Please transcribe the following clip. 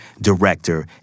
director